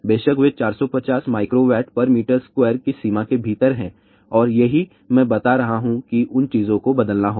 बेशक वे 450 mWm2 की सीमा के भीतर हैं और यही मैं बता रहा हूं कि उन चीजों को बदलना होगा